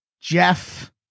Jeff